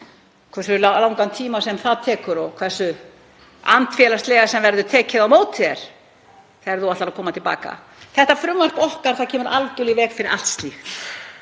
hversu langan tíma sem það tekur og hversu andfélagslega sem verður tekið á móti þér þegar þú ætlar að koma til baka. Þetta frumvarp okkar kemur algerlega í veg fyrir allt slíkt.